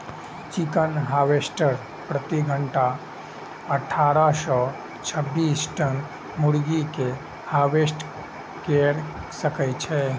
chicken harvester प्रति घंटा अट्ठारह सं छब्बीस टन मुर्गी कें हार्वेस्ट कैर सकै छै